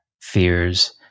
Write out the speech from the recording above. fears